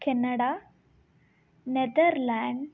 Canada Netherlands